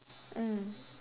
mm